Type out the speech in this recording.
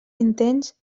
intents